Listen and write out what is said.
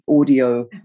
audio